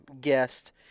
guest